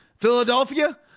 Philadelphia